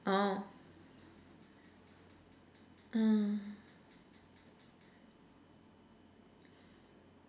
oh uh